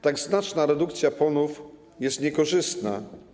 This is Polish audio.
Tak znaczna redukcja PON-ów jest niekorzystna.